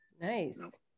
Nice